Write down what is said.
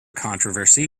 controversy